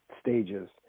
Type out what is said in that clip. stages